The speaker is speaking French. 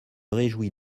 réjouis